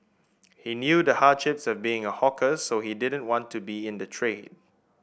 he knew the hardships of being a hawker so he didn't want me to be in the trade